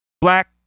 black